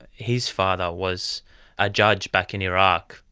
his father was a judge back in iraq.